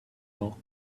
all